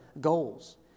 goals